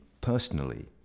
personally